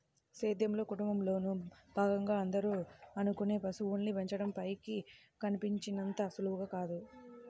సేద్యంలో, కుటుంబంలోను భాగంగా అందరూ అనుకునే పశువుల్ని పెంచడం పైకి కనిపించినంత సులువు కాదు